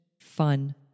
fun